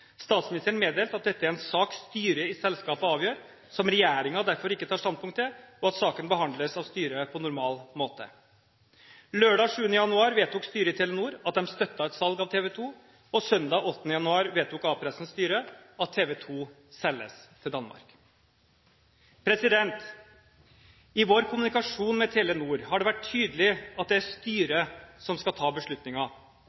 Statsministeren meddelte at dette er en sak styret i selskapet avgjør, som regjeringen derfor ikke tar standpunkt til, og at saken behandles av styret på normal måte. Lørdag 7. januar vedtok styret i Telenor at de støttet et salg av TV 2, og søndag 8. januar vedtok A-pressens styre at TV 2 selges til Danmark. I vår kommunikasjon med Telenor har det vært tydelig at det er